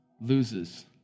loses